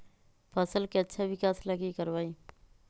फसल के अच्छा विकास ला की करवाई?